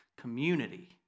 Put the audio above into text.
Community